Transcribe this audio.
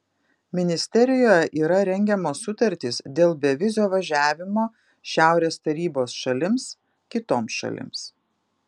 ministerijoje yra rengiamos sutartys dėl bevizio važiavimo šiaurės tarybos šalims kitoms šalims